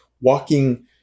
walking